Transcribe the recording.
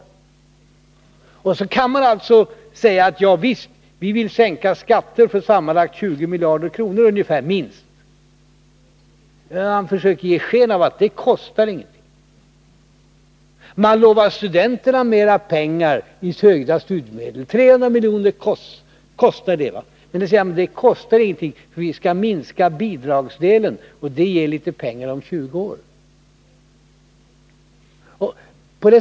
På det sättet kan man alltså säga: Visst, vi vill sänka skatter för sammanlagt minst ungefär 20 miljarder kronor. Man försöker ge sken av att detta ingenting kostar. Man lovar studenterna mera pengar i höjda studiemedel. Det skulle kosta 300 miljoner. Men för moderaten kostar det ingenting, för de skall minska bidragsdelen, och det ger litet pengar om 20 år.